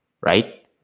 Right